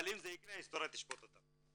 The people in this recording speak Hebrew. אבל אם זה יקרה, ההיסטוריה תשפוט אותם.